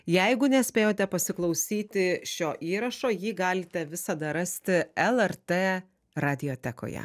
jeigu nespėjote pasiklausyti šio įrašo jį galite visada rasti lrt radiotekoje